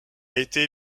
été